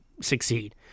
succeed